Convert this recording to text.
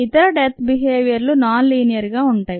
ఇతర death behaviour లు non linear గా ఉంటాయి